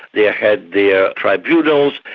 they had their tribunals,